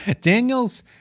Daniel's